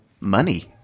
money